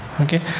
Okay